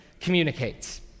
communicates